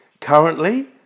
Currently